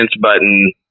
button